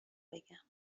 بگم